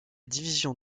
division